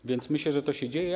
A więc myślę, że to się dzieje.